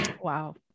wow